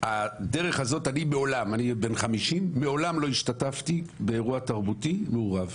אני בן 50. מעולם לא השתתפתי באירוע תרבותי מעורב,